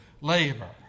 labor